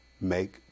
make